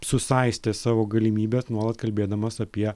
susaistė savo galimybes nuolat kalbėdamas apie